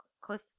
cliff